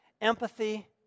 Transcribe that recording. Empathy